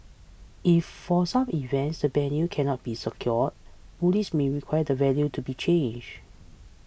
if for some events the venue cannot be secured police may require the venue to be changed